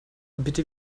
bitte